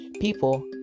people